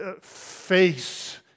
face